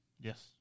Yes